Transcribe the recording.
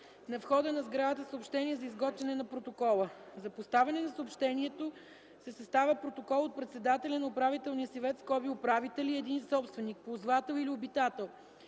на входа на сградата съобщение за изготвянето на протокола. За поставяне на съобщението се съставя протокол от председателя на управителния съвет (управителя) и един собственик, ползвател или обитател,